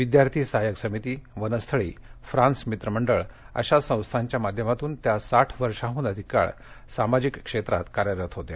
विद्यार्थी सहायक समिती वनस्थळी फ्रान्स मित्रमंडळ अशा संस्थांच्या माध्यमातून त्या साठ वर्षांहून अधिक काळ सामाजिक क्षेत्रात कार्यरत होत्या